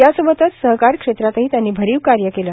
यासोबतच सहकार क्षेत्रातही त्यांनी भरीव कार्य केले